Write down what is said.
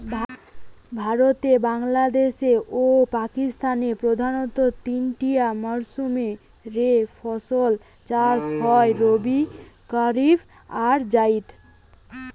ভারতে, বাংলাদেশে ও পাকিস্তানে প্রধানতঃ তিনটিয়া মরসুম রে ফসল চাষ হয় রবি, কারিফ আর জাইদ